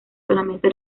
solamente